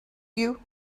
you